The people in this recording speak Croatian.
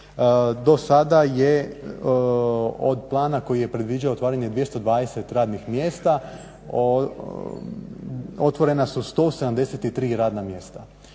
Do sada je od plana koji je predviđao otvaranje 220 radnih mjesta otvorena su 173 radna mjesta.